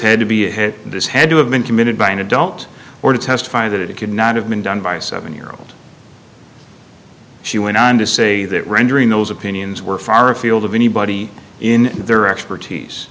had to be a hit this had to have been committed by an adult or testify that it could not have been done by seven year old she went on to say that rendering those opinions were far afield of anybody in their expertise